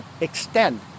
extend